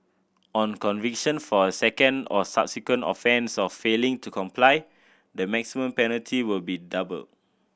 on conviction for a second or subsequent offence of failing to comply the maximum penalty will be doubled